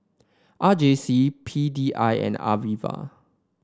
R J C P D I and